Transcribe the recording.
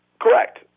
Correct